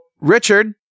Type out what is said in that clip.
Richard